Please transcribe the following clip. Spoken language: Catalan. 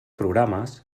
programes